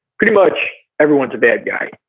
pretty much everyone's a bad guy.